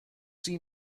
seen